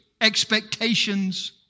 expectations